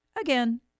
Again